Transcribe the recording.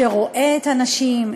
שרואה את הנשים,